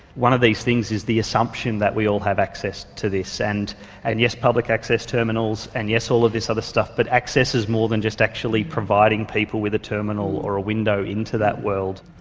one of these things is the assumption that we all have access to this, and and yes, public access terminals and yes, all of this other stuff, but access is more than just actually providing people with a terminal or a window into that world.